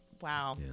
wow